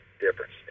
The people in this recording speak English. Difference